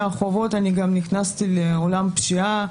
מהחובות אני נכנסתי גם לעולם הפשיעה,